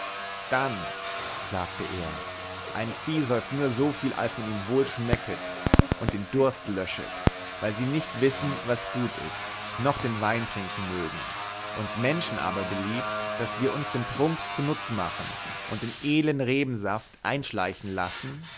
dann sagte er ein vieh säuft nur so viel als ihm wohl schmecket und den durst löschet weil sie nicht wissen was gut ist noch den wein trinken mögen uns menschen aber beliebt daß wir uns den trunk zunutz machen und den edlen rebensaft einschleichen lassen